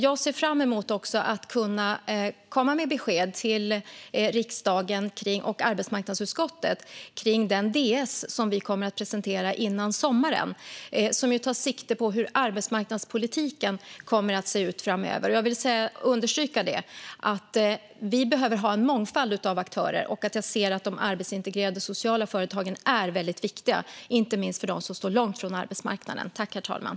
Jag ser fram emot att kunna komma med besked till riksdagen och arbetsmarknadsutskottet om den DS som vi kommer att presentera före sommaren och som tar sikte på hur arbetsmarknadspolitiken kommer att se ut framöver. Jag vill understryka att vi behöver ha en mångfald av aktörer och att jag anser att de arbetsintegrerande sociala företagen är väldigt viktiga, inte minst för dem som står långt från arbetsmarknaden.